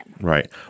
Right